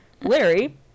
Larry